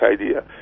idea